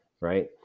right